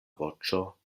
voĉo